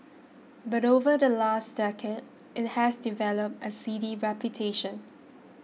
but over the last decade it has developed a seedy reputation